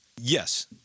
yes